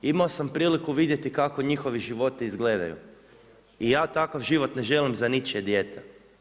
Imao sam priliku vidjeti kako njihovi životi izgledaju i ja takav život ne želim za ničije dijete.